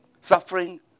suffering